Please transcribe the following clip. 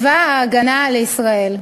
צבא ההגנה לישראל,